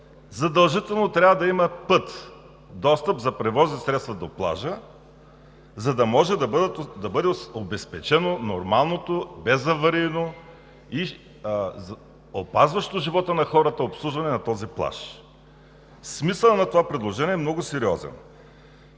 задължително трябва да има път – достъп за превозни средства до плажа, за да може да бъде обезпечено нормалното, безаварийно и опазващо живота на хората обслужване на този плаж. Смисълът на това предложение е много сериозен.